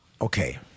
Okay